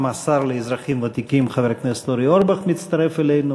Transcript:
גם השר לאזרחים ותיקים חבר הכנסת אורי אורבך מצטרף אלינו.